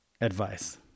advice